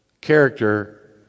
character